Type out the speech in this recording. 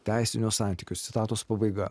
teisinius santykius citatos pabaiga